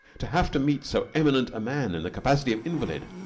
to have to meet so eminent a man in the capacity of invalid,